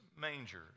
mangers